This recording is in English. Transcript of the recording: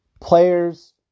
Players